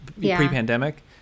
pre-pandemic